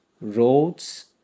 roads